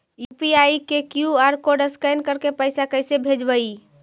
UPI के QR code scan करके पैसा कैसे भेजबइ?